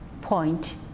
point